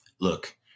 look